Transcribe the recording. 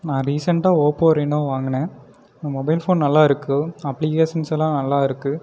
நான் ரீசென்ட்டாக Oppo Reno வாங்கினேன் மொபைல் ஃபோன் நல்லா இருக்கு அப்ளிக்கேஷன்ஸ் எல்லாம் நல்லா இருக்கு